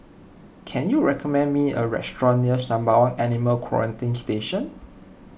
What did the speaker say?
can you recommend me a restaurant near Sembawang Animal Quarantine Station